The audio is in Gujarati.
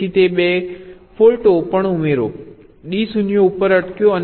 તેથી તે 2 ફોલ્ટો પણ ઉમેરો D 0 ઉપર અટક્યો અને F 0 ઉપર અટક્યો